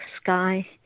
sky